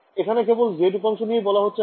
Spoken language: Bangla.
এখানে কেবল z উপাংশ নিয়েই বলা হচ্ছে না